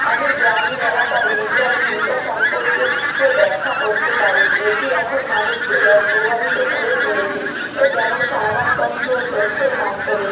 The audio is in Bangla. আমি গ্রামীণ এলাকার মিডিয়ার ভূমিকা সম্পর্কে এ ব্যাখ্যা করতে পারি এইটি এখন মানুষকে প্রভাবিত করে তুলেছে এ যেমন সংবাদপত্র তথ্যের মাধ্যমে